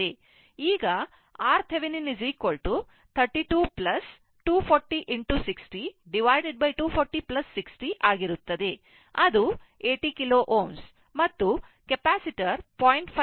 ಈಗ RThevenin 32 24060 240 60 ಆಗಿರುತ್ತದೆ ಅದು 80 KΩ ಮತ್ತು ಕೆಪಾಸಿಟರ್ 0